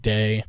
Day